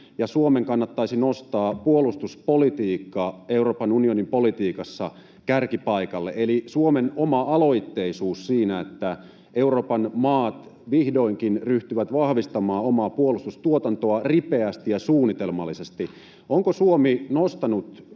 Suomen kannattaisi nostaa puolustuspolitiikka Euroopan unionin politiikassa kärkipaikalle eli Suomen oma-aloitteisuus siinä, että Euroopan maat vihdoinkin ryhtyvät vahvistamaan omaa puolustustuotantoa ripeästi ja suunnitelmallisesti. Onko Suomi nostanut